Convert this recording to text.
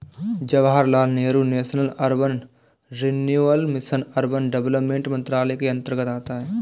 Jawaharlal Nehru national urban renewal mission urban development मंत्रालय के अंतर्गत आता है